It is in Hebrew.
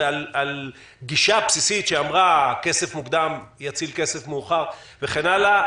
ועל גישה בסיסית שאמרה שכסף מוקדם יציל כסף מאוחר וכן הלאה